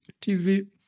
TV